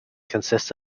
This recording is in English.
consists